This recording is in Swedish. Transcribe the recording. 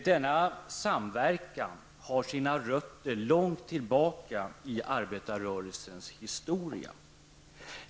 Denna samverkan har sina rötter långt tillbaka i arbetarrörelsens historia.